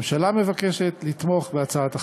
הממשלה מבקשת, לתמוך בהצעת החוק.